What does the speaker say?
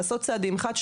לעשות צעדים אחת,